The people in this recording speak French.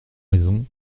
raisons